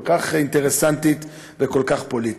כל כך אינטרסנטית וכל כך פוליטית.